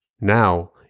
Now